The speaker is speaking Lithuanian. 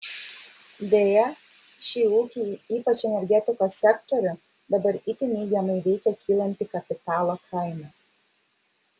deja šį ūkį ypač energetikos sektorių dabar itin neigiamai veikia kylanti kapitalo kaina